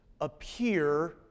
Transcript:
appear